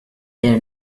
their